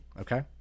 Okay